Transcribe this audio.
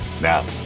Now